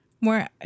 More